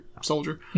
soldier